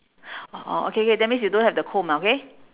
orh orh okay K that means you don't have the comb ah okay